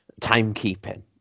timekeeping